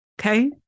okay